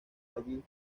allí